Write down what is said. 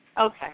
Okay